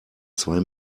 zwei